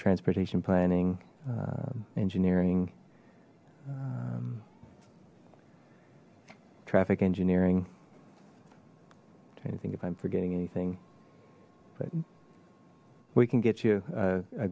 transportation planning engineering traffic engineering trying to think if i'm forgetting anything we can get you a